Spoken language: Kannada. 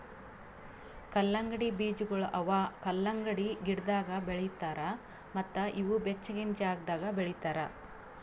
ಕಲ್ಲಂಗಡಿ ಬೀಜಗೊಳ್ ಅವಾ ಕಲಂಗಡಿ ಗಿಡದಾಗ್ ಬೆಳಿತಾರ್ ಮತ್ತ ಇವು ಬೆಚ್ಚಗಿನ ಜಾಗದಾಗ್ ಬೆಳಿತಾರ್